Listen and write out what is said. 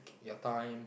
you time